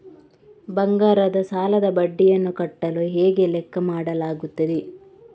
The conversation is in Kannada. ಬಂಗಾರದ ಸಾಲದ ಬಡ್ಡಿಯನ್ನು ಕಟ್ಟಲು ಹೇಗೆ ಲೆಕ್ಕ ಮಾಡಲಾಗುತ್ತದೆ?